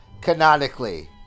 Canonically